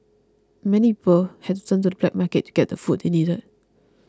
many people had to turn to the black market to get the food they needed